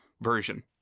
version